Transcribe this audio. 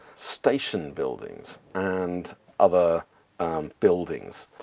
station buildings, and other buildings.